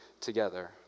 together